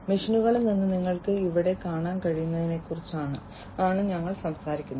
മെഷീനുകളിൽ നിന്ന് നിങ്ങൾക്ക് ഇവിടെ കാണാൻ കഴിയുന്നതിനെക്കുറിച്ചാണ് ഞങ്ങൾ സംസാരിക്കുന്നത്